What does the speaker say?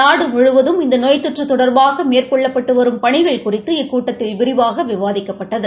நாடுமுழுவதும் இந்த நோய் தொற்று தொடர்பாக மேற்கொள்ளப்பட்டு வரும் பணிகள் குறித்து இக்கூட்டத்தில் விரிவாக விவாதிக்கப்பட்டது